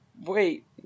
Wait